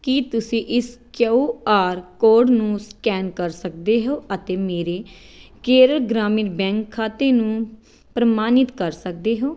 ਕੀ ਤੁਸੀਂਂ ਇਸ Q R code ਨੂੰ ਸਕੈਨ ਕਰ ਸਕਦੇ ਹੋ ਅਤੇ ਮੇਰੇ ਕੇਰਲ ਗ੍ਰਾਮੀਣ ਬੈਂਕ ਖਾਤੇ ਨੂੰ ਪ੍ਰਮਾਣਿਤ ਕਰ ਸਕਦੇ ਹੋ